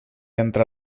entre